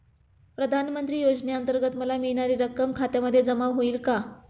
प्रधानमंत्री योजनेअंतर्गत मला मिळणारी रक्कम खात्यात जमा होईल का?